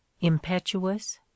impetuous